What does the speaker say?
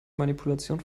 manipulation